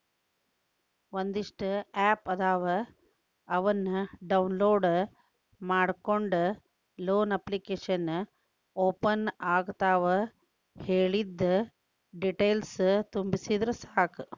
ಒಂದಿಷ್ಟ ಆಪ್ ಅದಾವ ಅವನ್ನ ಡೌನ್ಲೋಡ್ ಮಾಡ್ಕೊಂಡ ಲೋನ ಅಪ್ಲಿಕೇಶನ್ ಓಪನ್ ಆಗತಾವ ಕೇಳಿದ್ದ ಡೇಟೇಲ್ಸ್ ತುಂಬಿದರ ಸಾಕ